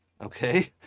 Okay